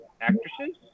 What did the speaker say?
actresses